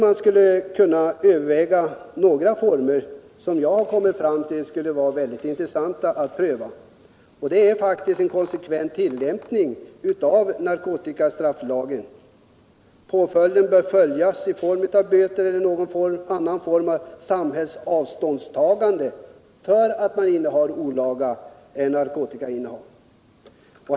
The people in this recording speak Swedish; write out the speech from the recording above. Man skulle kunna överväga några former som kunde vara mycket intressanta att pröva, och det gäller en konsekvent tillämpning av narkotikastrafflagen. Påföljden bör vara böter eller någon form av avståndstagande från samhällets sida när det gäller olaga narkotikainnehav.